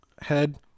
head